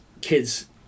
kids